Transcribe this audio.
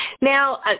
Now